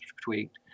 tweaked